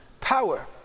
power